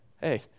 hey